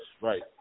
Right